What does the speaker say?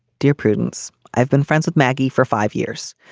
dear prudence i've been friends with maggie for five years.